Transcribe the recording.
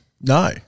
No